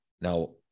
Now